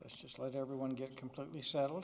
let's just let everyone get completely settle